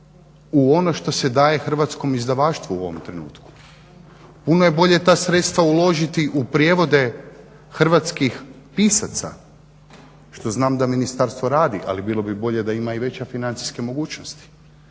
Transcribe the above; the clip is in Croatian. u ono što se daje hrvatskom izdavaštvu u ovom trenutku, puno je bolje ta sredstva uložiti u prijevode hrvatskih pisaca što znam da ministarstvo radi, ali bilo bi bolje da ima i veće financijske mogućnosti.